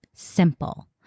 Simple